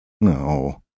No